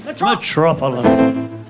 Metropolis